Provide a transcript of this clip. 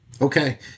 Okay